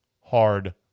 hard